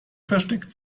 versteckt